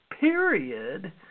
period